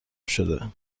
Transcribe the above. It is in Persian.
شده